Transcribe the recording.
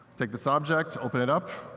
take this object, open it up.